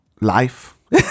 Life